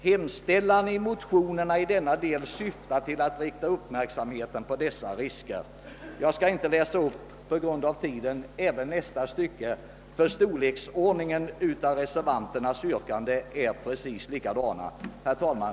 Hemställan i motionerna i denna del syftar till att rikta uppmärksamheten på dessa risker.» Jag skall av tidsskäl inte läsa upp nästa stycke, där reservanternas yrkande skiljer sig från utskottets förslag i samma utsträckning. Herr talman!